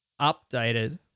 updated